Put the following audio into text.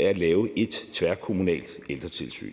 lave et tværkommunalt ældretilsyn.